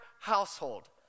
household